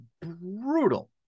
brutal